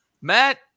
Matt